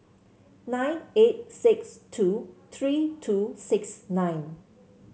nine eight six two three two six nine